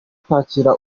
kwakira